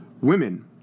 women